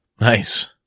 nice